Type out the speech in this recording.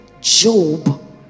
Job